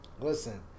listen